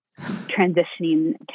transitioning